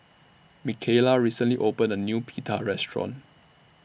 Mikaela recently opened A New Pita Restaurant